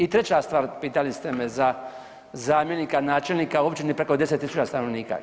I treća stvar pitali ste me za zamjenika načelnika općine preko 10.000 stanovnika.